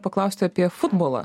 paklausti apie futbolą